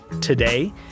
today